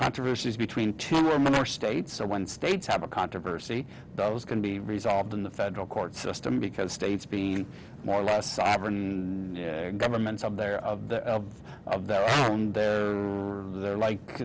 controversies between two or more states so when states have a controversy those can be resolved in the federal court system because states being more or less sovereign governments of their of their own they're like they're